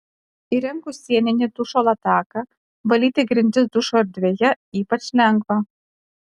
įrengus sieninį dušo lataką valyti grindis dušo erdvėje ypač lengva